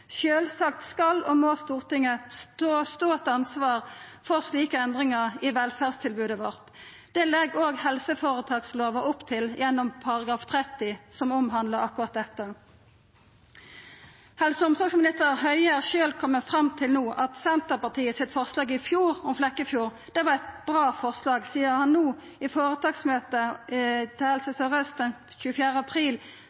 Sjølvsagt skal og må Stortinget stå til ansvar for slike endringar i velferdstilbodet vårt. Det legg òg helseføretakslova opp til gjennom § 30, som omhandlar akkurat dette. Helse- og omsorgsminister Høie har sjølv kome fram til at Senterpartiets forslag i fjor om Flekkefjord var eit godt forslag, seier han no. Føretaksmøtet